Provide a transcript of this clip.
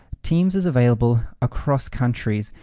teams is available across countries,